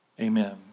Amen